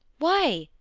why!